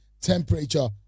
temperature